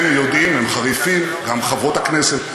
הם יודעים, הם חריפים, גם חברות הכנסת.